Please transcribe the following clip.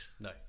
no